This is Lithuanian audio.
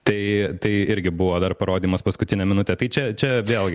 tai tai irgi buvo dar parodymas paskutinę minutę tai čia čia vėl